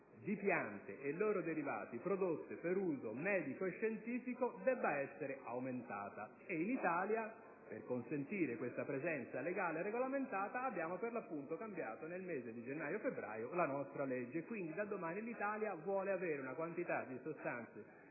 di piante e loro derivati prodotti per uso medico e scientifico debba essere aumentata. In Italia, per consentire questa presenza legale e regolamentata, abbiamo cambiato nei mesi di gennaio e febbraio la nostra legge e, quindi, da domani l'Italia vuole avere una quantità di sostanze